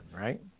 right